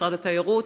משרד התיירות,